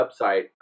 website